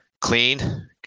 clean